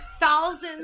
thousands